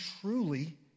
truly